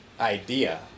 idea